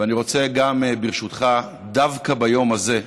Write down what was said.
ואני רוצה, ברשותך, דווקא ביום הזה,